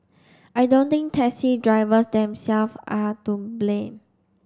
I don't think taxi drivers themselves are to blame